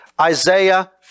Isaiah